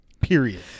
period